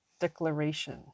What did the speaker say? declaration